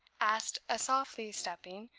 asked a softly stepping,